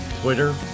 Twitter